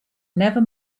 never